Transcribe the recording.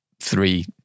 three